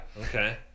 Okay